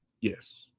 Yes